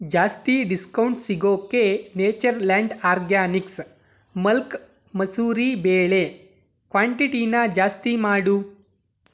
ಜಾಸ್ತಿ ಡಿಸ್ಕೌಂಟ್ ಸಿಗೋಕ್ಕೆ Natureland organics ಮಲ್ಕಾ ಮಸೂರಿ ಬೇಳೆ ಕ್ವಾಂಟಿಟಿನ ಜಾಸ್ತಿ ಮಾಡು